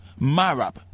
Marab